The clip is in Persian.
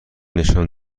نشان